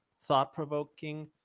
thought-provoking